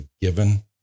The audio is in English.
given